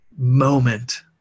moment